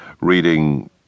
reading